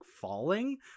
falling